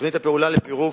תוכנית הפעולה לפירוק,